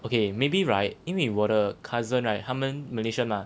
okay maybe right 因为我的 cousin right 他们 malaysian mah